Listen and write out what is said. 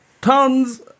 tons